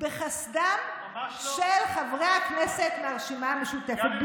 בחסדם של חברי הכנסת מהרשימה המשותפת,